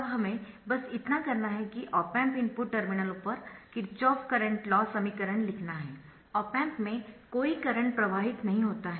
अब हमें बस इतना करना है कि ऑप एम्प इनपुट टर्मिनलों पर किरचॉफ करंट लॉ समीकरण लिखना है ऑप एम्प में कोई करंट प्रवाहित नहीं होता है